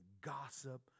gossip